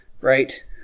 right